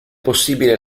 possibile